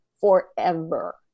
forever